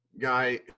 guy